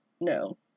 no